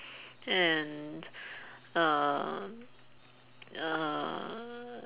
and uh uh